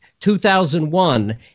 2001